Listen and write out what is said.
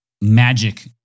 magic